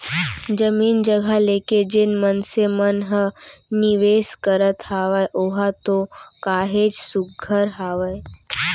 जमीन जघा लेके जेन मनसे मन ह निवेस करत हावय ओहा तो काहेच सुग्घर हावय